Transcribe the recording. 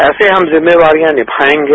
ऐसे हम जिम्मेवारियां निभाएंगे